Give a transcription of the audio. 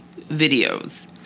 videos